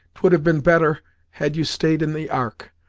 twould have been better had you staid in the ark,